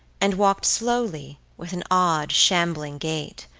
and walked slowly, with an odd shambling gait,